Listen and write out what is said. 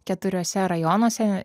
keturiuose rajonuose